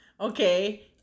Okay